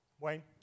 Wayne